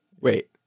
wait